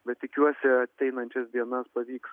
bet tikiuosi ateinančias dienas pavyks